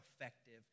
effective